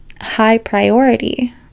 high-priority